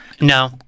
No